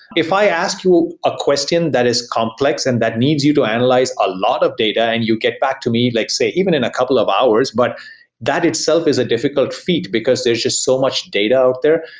if i ask you a question that is complex and that needs you to analyze a lot of data and you get back to me, let's say, even in a couple of hours, but that itself a difficult feat, because there's just so much data out there.